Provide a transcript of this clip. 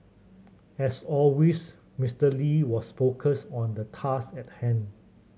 as always Mister Lee was focused on the task at hand